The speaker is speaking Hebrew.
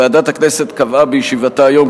ועדת הכנסת קבעה בישיבתה היום,